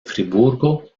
friburgo